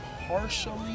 partially